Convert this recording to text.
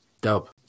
Dope